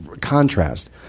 contrast